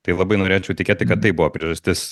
tai labai norėčiau tikėti kad tai buvo priežastis